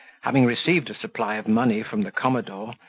having received a supply of money from the commodore,